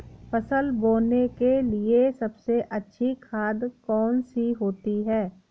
फसल बोने के लिए सबसे अच्छी खाद कौन सी होती है?